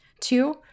Two